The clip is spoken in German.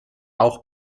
auch